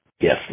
Yes